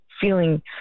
feeling